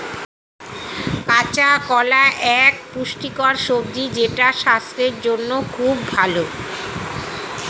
কাঁচা কলা এক পুষ্টিকর সবজি যেটা স্বাস্থ্যের জন্যে খুব ভালো